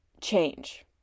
Change